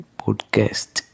podcast